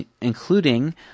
including